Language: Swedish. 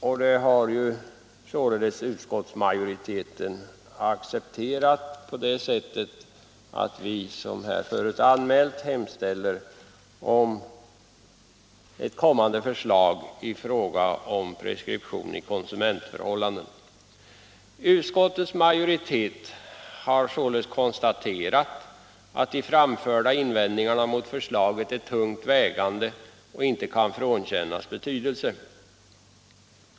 Och detta har utskottsmajoriteten accepterat på det sättet att vi, som förut är anmält, hemställer om ett kommande förslag i fråga om preskription i konsumentförhållanden. Utskottets majoritet har således konstaterat att de framförda invändningarna mot förslaget är tungt vägande och inte kan frånkännas betydelse.